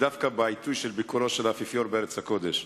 ודווקא בעיתוי של ביקור האפיפיור בארץ הקודש.